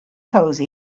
cosy